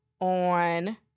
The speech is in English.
on